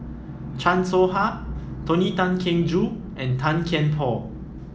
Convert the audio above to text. Chan Soh Ha Tony Tan Keng Joo and Tan Kian Por